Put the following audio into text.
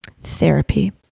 Therapy